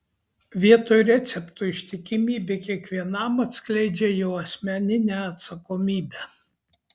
vietoj receptų ištikimybė kiekvienam atskleidžia jo asmeninę atsakomybę